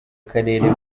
karere